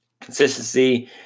consistency